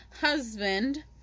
husband